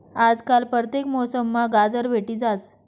आजकाल परतेक मौसममा गाजर भेटी जास